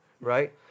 right